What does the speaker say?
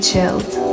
Chilled